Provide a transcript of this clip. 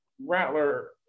Rattler